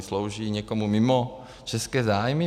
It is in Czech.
Slouží někomu mimo české zájmy?